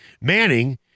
Manning